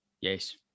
yes